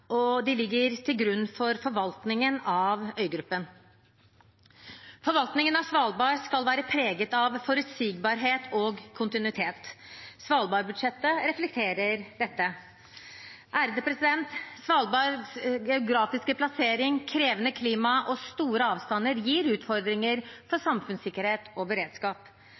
og de ligger til grunn for forvaltningen av øygruppen. Forvaltningen av Svalbard skal være preget av forutsigbarhet og kontinuitet. Svalbardbudsjettet reflekterer dette. Svalbards geografiske plassering, krevende klima og store avstander gir utfordringer for samfunnssikkerhet og beredskap.